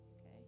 okay